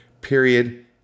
period